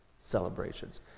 celebrations